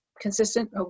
consistent